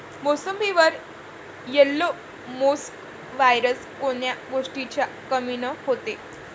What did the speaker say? मोसंबीवर yellow mosaic virus कोन्या गोष्टीच्या कमीनं होते?